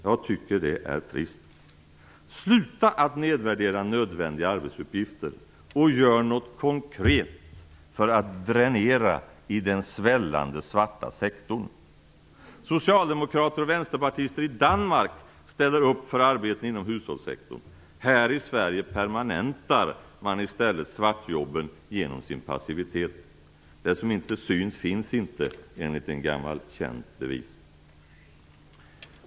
Jag tycker att det är trist. Sluta att nedvärdera nödvändiga arbetsuppgifter och gör något konkret för att dränera den svällande svarta sektorn! Socialdemokrater och vänsterpartister i Danmark ställer upp för arbeten inom hushållssektorn. Här i Sverige permanentar man i stället svartjobben genom sin passivitet. Det som inte syns finns inte, enligt en gammal känd devis.